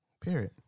Period